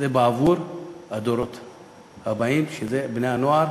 זה בעבור הדורות הבאים, שזה בני-הנוער,